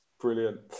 Brilliant